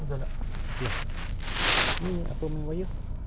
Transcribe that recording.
if window installation guys are there for about